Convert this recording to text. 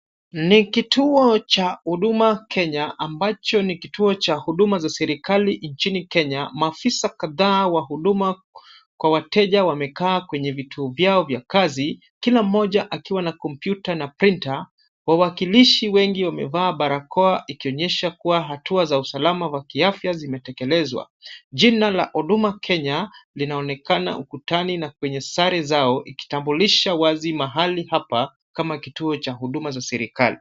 Ni kituo cha Huduma Kenya ambacho ni kituo cha huduma za serikali nchini Kenya. Maafisa kadhaa wa huduma kwa wateja wamekaa kwenye vituo vyao vya kazi kila moja akiwa na kompyuta na printer . Wawakilishi wengi wamevaa barakoa ikionyesha kuwa hatua za usalama wa kiafya zimetekelezwa. Jina la Huduma Kenya linaonekana ukutani na kwenye sare zao ikitambulisha wazi mahali hapa kama kituo cha huduma za serikali.